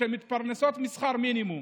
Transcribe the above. שמתפרנסות משכר מינימום